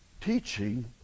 teaching